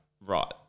Right